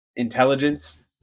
Intelligence